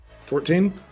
fourteen